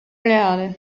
reale